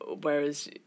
whereas